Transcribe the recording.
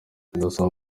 gasabo